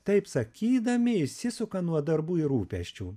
taip sakydami išsisuka nuo darbų ir rūpesčių